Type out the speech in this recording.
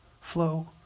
flow